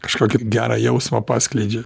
kažkokį gerą jausmą paskleidžia